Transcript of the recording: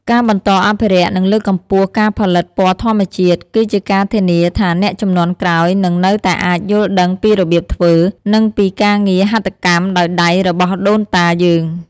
ការបន្តអភិរក្ស និងលើកកម្ពស់ការផលិតពណ៌ធម្មជាតិ គឺជាការធានាថាអ្នកជំនាន់ក្រោយនឹងនៅតែអាចយល់ដឹងពីរបៀបធ្វើ និងពីការងារហាត់កម្មដោយដៃរបស់ដូនតាយើង។